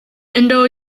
indo